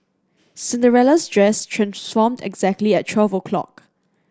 Cinderella's dress transformed exactly at twelve o' clock